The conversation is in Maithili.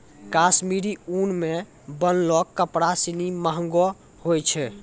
कश्मीरी उन सें बनलो कपड़ा सिनी महंगो होय छै